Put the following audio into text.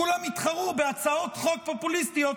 כולם יתחרו בהצעות חוק פופוליסטיות,